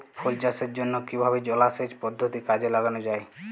ফুল চাষের জন্য কিভাবে জলাসেচ পদ্ধতি কাজে লাগানো যাই?